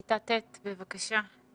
כיתה ט', בבקשה.